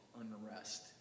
unrest